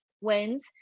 Wins